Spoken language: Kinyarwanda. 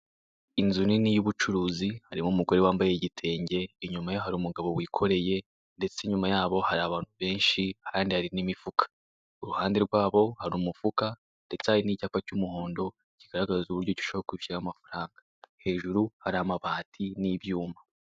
Inzu nini ya ubucuruzi harimo umugore wambaye igitenge, inyuma ye hari umugabo wikoreye, ndetse inyuma yabo hari abantu benshi kandi hari na imifuka. kuruhande rwabo hari umufuka ndetse hari na icyapa cya umuhondo kigaragaza uburyo ki ushobora kwishyura amafaranga, hejuru hari amabati na ibyuma.